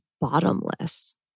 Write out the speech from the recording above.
bottomless